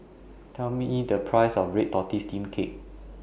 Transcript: Tell Me E The Price of Red Tortoise Steamed Cake